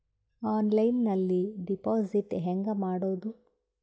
ಆನ್ಲೈನ್ನಲ್ಲಿ ಡೆಪಾಜಿಟ್ ಹೆಂಗ್ ಮಾಡುದು?